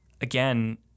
again